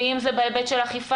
ואם זה בהיבט של אכיפה,